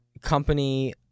Company